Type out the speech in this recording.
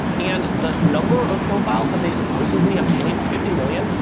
and the number of profiles that they supposedly obtained, fifty million,